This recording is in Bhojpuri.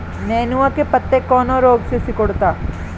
नेनुआ के पत्ते कौने रोग से सिकुड़ता?